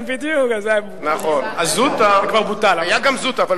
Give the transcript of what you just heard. בדיוק, אז זה היה, היה גם זוטא.